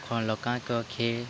थोडे लोकांक खेळ